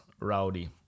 rowdy